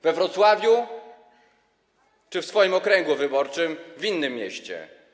We Wrocławiu czy w swoim okręgu wyborczym w innym mieście?